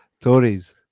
Tories